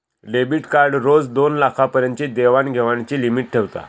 debit card रोज दोनलाखा पर्यंतची देवाण घेवाणीची लिमिट ठेवता